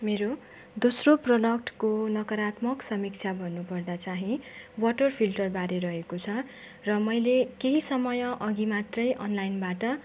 मेरो दोस्रो प्रडक्टको नकरात्मक समीक्षा भन्नु पर्दा चाहिँ वाटर फिल्टरबारे रहेको छ र मैले केही समय अघि मात्रै अनलाइनबाट